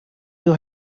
you